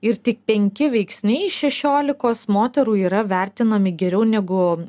ir tik penki veiksniai iš šešiolikos moterų yra vertinami geriau negu